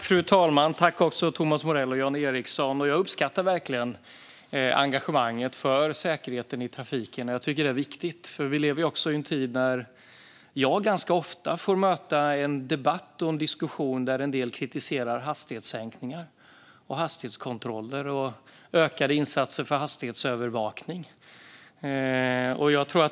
Fru talman! Jag uppskattar verkligen engagemanget, Thomas Morell och Jan Ericson, för säkerheten i trafiken. Det är viktigt. Vi lever i en tid där jag ofta får möta en debatt där en del kritiserar hastighetssänkningar, hastighetskontroller och ökade insatser för hastighetsövervakning.